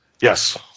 Yes